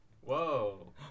Whoa